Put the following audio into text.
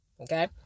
okay